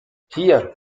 hier